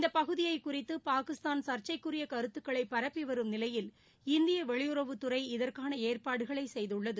இந்தப்பகுதியை குறித்து பாகிஸ்தான் சர்ச்சைக்குரிய கருத்துகளை பரப்பி வரும் நிலையில் இந்திய வெளியுறவுத்துறை இதற்கான ஏற்பாடுகளை செய்துள்ளது